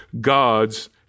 God's